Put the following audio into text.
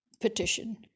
petition